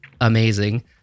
amazing